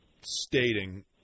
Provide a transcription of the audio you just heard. stating